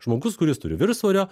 žmogus kuris turi viršsvorio